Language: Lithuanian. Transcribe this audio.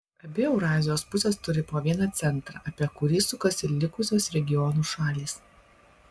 abi eurazijos pusės turi po vieną centrą apie kurį sukasi likusios regionų šalys